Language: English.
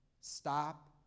Stop